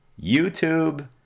YouTube